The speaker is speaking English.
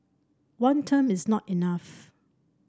one term is not enough